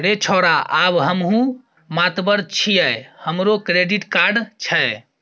रे छौड़ा आब हमहुँ मातबर छियै हमरो क्रेडिट कार्ड छै